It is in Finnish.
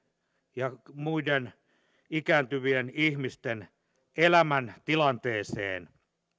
ja muiden ikääntyvien ihmisten elämäntilanteeseen